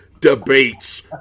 debates